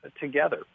together